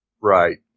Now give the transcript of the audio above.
Right